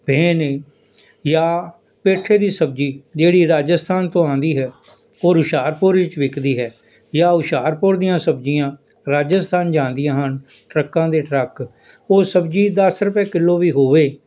ਜਾਂ ਪੇਠੇ ਦੀ ਸਬਜ਼ੀ ਜਿਹੜੀ ਰਾਜਸਥਾਨ ਤੋਂ ਆਉਂਦੀ ਹੈ ਔਰ ਹੁਸ਼ਿਆਰਪੁਰ ਵਿੱਚ ਵਿਕਦੀ ਹੈ ਜਾਂ ਹੁਸ਼ਿਆਰਪੁਰ ਦੀਆਂ ਸਬਜ਼ੀਆਂ ਰਾਜਸਥਾਨ ਜਾਂਦੀਆਂ ਹਨ ਟਰੱਕਾਂ ਦੇ ਟਰੱਕ ਉਹ ਸਬਜ਼ੀ ਦਸ ਰੁਪਏ ਕਿਲੋ ਵੀ ਹੋਵੇ